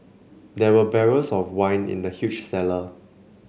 there were barrels of wine in the huge cellar